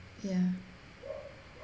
ya